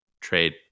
trade